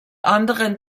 anderen